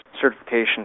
certification